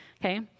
Okay